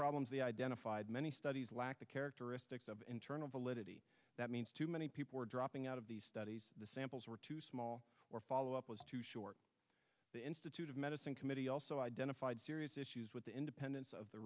problems the identified many studies lack the characteristics of internal validity that means too many people are dropping out of these studies the samples were too small or follow up was too short the institute of medicine committee also identified serious issues with the independence of the